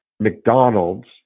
McDonald's